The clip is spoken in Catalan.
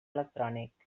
electrònic